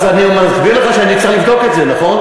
אז אני מסביר לך שאני צריך לבדוק את זה, נכון?